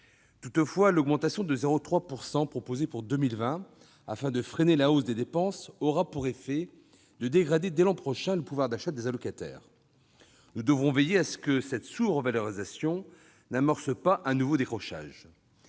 Toutefois, l'augmentation de 0,3 % proposée pour 2020 afin de freiner la hausse des dépenses aura pour effet de dégrader dès l'an prochain le pouvoir d'achat des allocataires. Nous devrons veiller à ce que cette sous-revalorisation n'amorce pas un nouveau décrochage.